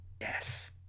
yes